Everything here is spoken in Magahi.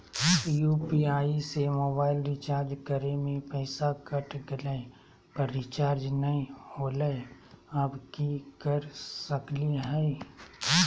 यू.पी.आई से मोबाईल रिचार्ज करे में पैसा कट गेलई, पर रिचार्ज नई होलई, अब की कर सकली हई?